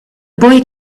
boy